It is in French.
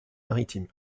maritime